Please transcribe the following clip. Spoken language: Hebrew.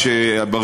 בסיעה,